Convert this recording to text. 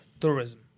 tourism